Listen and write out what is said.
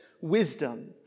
wisdom